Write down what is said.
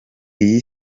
iyi